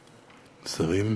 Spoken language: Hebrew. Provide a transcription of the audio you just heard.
שרים,